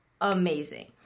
amazing